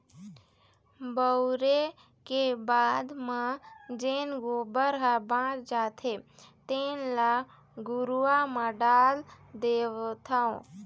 बउरे के बाद म जेन गोबर ह बाच जाथे तेन ल घुरूवा म डाल देथँव